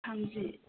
थामजि